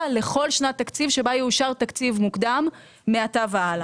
לכל שנת תקציב שבה יאושר תקציב מוקדם מעתה והלאה.